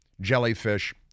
jellyfish